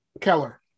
Keller